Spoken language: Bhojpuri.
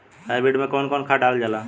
हाईब्रिड में कउन कउन खाद डालल जाला?